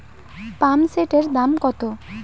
পাম্পসেটের দাম কত?